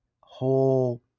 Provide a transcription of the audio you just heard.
whole